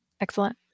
Excellent